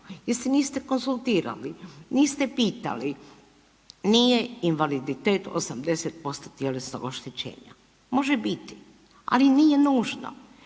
se niste konzultirali, niste pitali, nije invaliditet 80% tjelesnog oštećenja. Može biti. Ali nije nužno.